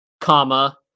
comma